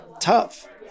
tough